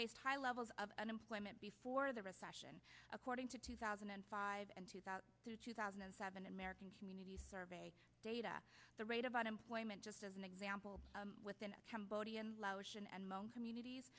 face high levels of unemployment before the recession according to two thousand and five and two thousand through two thousand and seven american community survey data the rate of unemployment just as an example within cambodia and laos and most communities